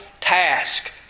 task